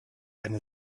eine